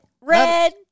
Red